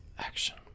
action